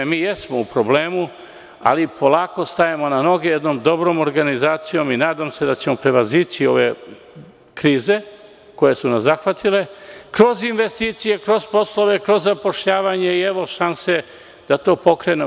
Mi jesmo u problemu, ali polako stajemo na noge jednom dobrom organizacijom i nadam se da ćemo prevazići ove krize koje su nas zahvatile, kroz investicije, kroz poslove, kroz zapošljavanje i evo šanse da to pokrenemo.